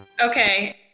Okay